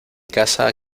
casa